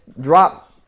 drop